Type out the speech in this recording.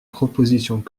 propositions